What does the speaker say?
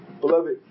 Beloved